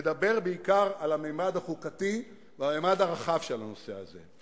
לדבר בעיקר על הממד החוקתי והממד הרחב של הנושא הזה.